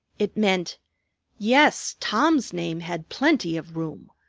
it meant yes, tom's name had plenty of room,